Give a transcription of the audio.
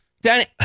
Danny